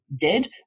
dead